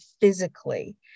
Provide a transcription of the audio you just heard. physically